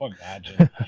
imagine